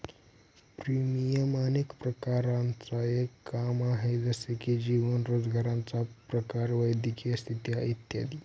premium अनेक प्रकारांचं एक काम आहे, जसे की जीवन, रोजगाराचा प्रकार, वैद्यकीय स्थिती इत्यादी